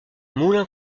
moulin